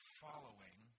following